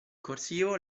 corsivo